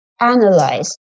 analyze